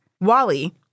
Wally